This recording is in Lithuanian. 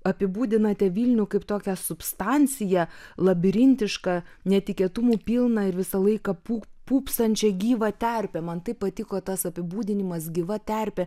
apibūdinate vilnių kaip tokią substanciją labirintišką netikėtumų pilną ir visą laiką pūp pūpsančią gyvą terpę man taip patiko tas apibūdinimas gyva terpė